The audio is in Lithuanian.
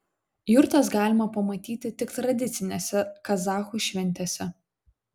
jurtas galima pamatyti tik tradicinėse kazachų šventėse